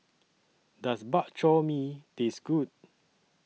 Does Bak Chor Mee Taste Good